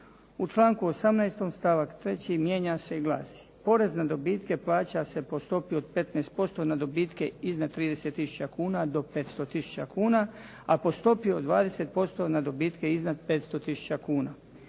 U članku 18. stavak 3. mijenja se i glasi: porez na dobitke plaća se po stopi od 15% na dobitke iznad 30 tisuća kuna do 500 tisuća kuna, a po stopi od 20% na dobitke iznad 500 tisuća kuna.